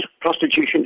prostitution